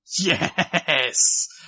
Yes